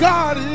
God